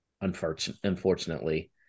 unfortunately